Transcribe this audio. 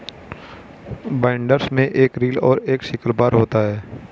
binders में एक reel और एक सिकल बार होता है